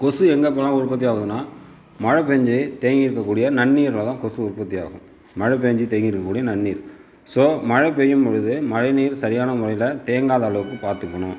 கொசு எங்கே இப்போலாம் உற்பத்தி ஆகுதுனா மழை பேஞ்சு தேங்கி இருக்கக்கூடிய நன்னீர்ல தான் கொசு உற்பத்தி ஆகும் மழை பேஞ்சு தேங்கி இருக்கக்கூடிய நன்னீர் ஸோ மழை பெய்யும் பொழுது மழை நீர் சரியான முறையில் தேங்காத அளவுக்கு பார்த்துக்கணும்